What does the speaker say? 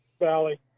valley